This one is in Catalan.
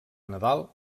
nadal